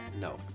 No